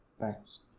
thanks